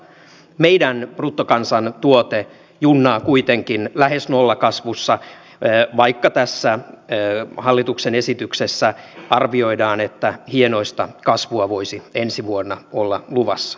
meidän bruttokansantuote junnaa kuitenkin lähes nollakasvussa vaikka tässä hallituksen esityksessä arvioidaan että hienoista kasvua voisi ensi vuonna ole luvassa